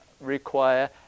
require